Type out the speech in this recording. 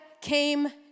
came